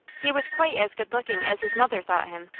he was quite as good looking as his mother thought him,